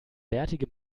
bärtige